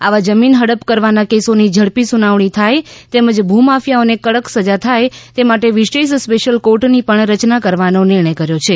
આવા જમીન હડપ કરવાના કેસોની ઝડપી સૂનાવણી થાય તેમજ ભૂમાફિયાઓને કડક સજા થાય તે માટે વિશેષ સ્પેશ્યલ કોર્ટની પણ રચના કરવાનો નિર્ણય કર્યો છે